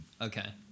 Okay